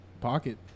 pocket